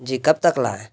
جی کب تک لائیں